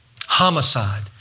Homicide